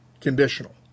conditional